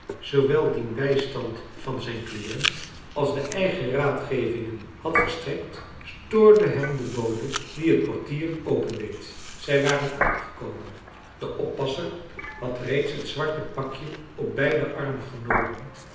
zoowel dien bijstand van zijn cliënt als de eigen raadgevingen had verstrekt stoorde hem de bode die het portier opendeed zij waren aangekomen de oppasser had reeds het zwarte pakje op beide armen genomen